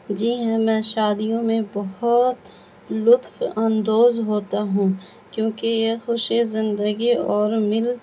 جی ہاں میں شادیوں میں بہت لطف اندوز ہوتا ہوں کیونکہ یہ خوشی زندگی اور میل